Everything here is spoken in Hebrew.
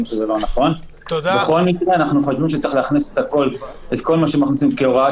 אנחנו לא רואים